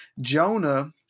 Jonah